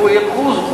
לאיפה ילכו,